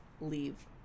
leave